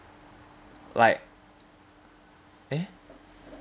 like eh